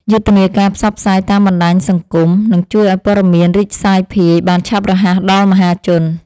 យុទ្ធនាការផ្សព្វផ្សាយតាមបណ្ដាញសង្គមនឹងជួយឱ្យព័ត៌មានរីកសាយភាយបានឆាប់រហ័សដល់មហាជន។